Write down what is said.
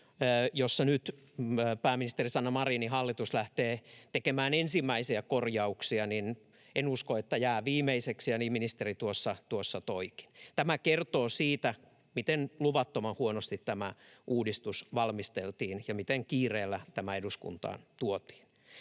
jossa nyt pääministeri Sanna Marinin hallitus lähtee tekemään ensimmäisiä korjauksia, jää viimeiseksi, ja niin ministeri tuossa toikin. Tämä kertoo siitä, miten luvattoman huonosti tämä uudistus valmisteltiin ja miten kiireellä tämä eduskuntaan tuotiin.